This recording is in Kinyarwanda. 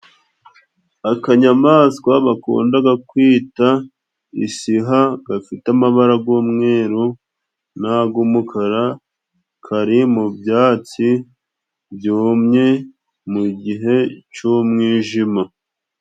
Akanyamaswa bakundaga kwita isiha gafite amabara g'umweru n'ag'umukara kari mu byatsi byumye mu gihe cy'umwijima.